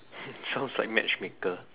sounds like matchmaker